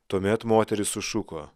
tuomet moteris sušuko